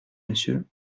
monsieur